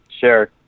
Sure